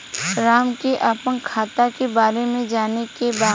राम के अपने खाता के बारे मे जाने के बा?